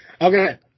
Okay